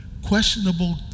Questionable